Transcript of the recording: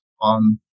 on